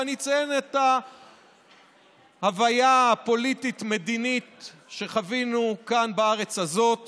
ואציין את ההוויה הפוליטית-מדינית שחווינו כאן בארץ הזאת